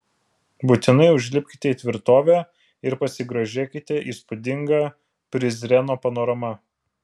būtinai užlipkite į tvirtovę ir pasigrožėkite įspūdinga prizreno panorama